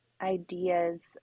ideas